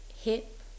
hip